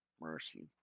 Mercy